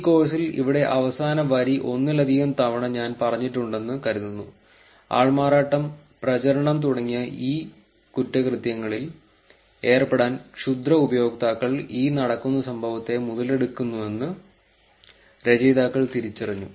ഈ കോഴ്സിൽ ഇവിടെ അവസാന വരി ഒന്നിലധികം തവണ ഞാൻ പറഞ്ഞിട്ടുണ്ടെന്ന് കരുതുന്നു ആൾമാറാട്ടം പ്രചരണം തുടങ്ങിയ ഇ കുറ്റകൃത്യങ്ങളിൽ ഏർപ്പെടാൻ ക്ഷുദ്ര ഉപയോക്താക്കൾ ഈ നടക്കുന്ന സംഭവത്തെ മുതലെടുക്കുന്നുവെന്ന് രചയിതാക്കൾ തിരിച്ചറിഞ്ഞു